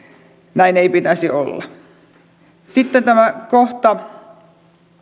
näin ei pitäisi olla sitten tämä kohta